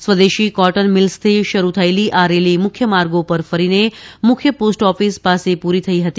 સ્વદેશી કોટન મીલ્સથી શરૂ થયેલી આ રેલી મુખ્ય માર્ગો પર ફરીને મુખ્ય પોસ્ટ ઓફિસ પાસે પૂરી થઇ હતી